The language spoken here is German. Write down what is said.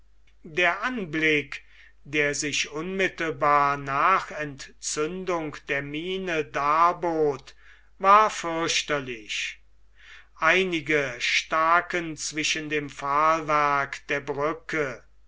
der anblick der sich unmittelbar nach entzündung der mine darbot war fürchterlich einige staken zwischen dem pfahlwerk der brücke